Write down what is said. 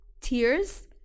tears